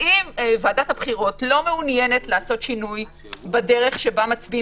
אם ועדת הבחירות לא מעוניינת לעשות שינוי בדרך שבה מצביעים